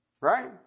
Right